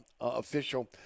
official